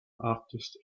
artist